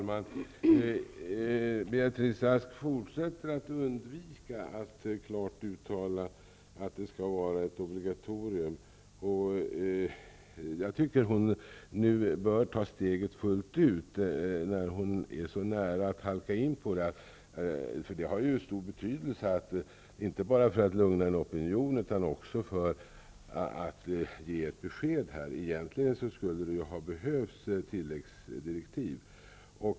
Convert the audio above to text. Fru talman! Beatrice Ask fortsätter med att undvika att klart uttala att den här undervisningen skall utgöra ett obligatorium. Statsrådet Beatrice Ask bör nu ta steget fullt ut, när hon ju är så nära att halka in på det. Egentligen behövs det tilläggsdirektiv. De är av mycket stor betydelse, inte bara när det gäller att lugna en opinion, utan för att ge ett besked.